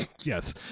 Yes